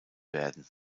werden